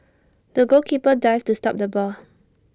the goalkeeper dived to stop the ball